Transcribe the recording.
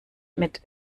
mit